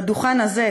בדוכן הזה,